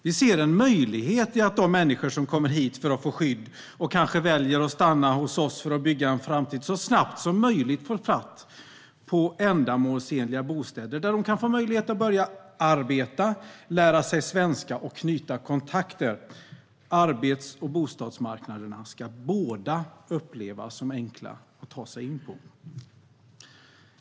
Vi ser en möjlighet i att de människor som kommer hit för att få skydd - och som kanske väljer att stanna hos oss för att bygga en framtid - så snabbt som möjligt får fatt på ändamålsenliga bostäder där de kan få möjlighet att börja arbeta, lära sig svenska och knyta kontakter. Arbetsmarknaden och bostadsmarknaden ska båda upplevas som enkla att ta sig in på.